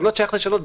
בתקנות שייך לשנות.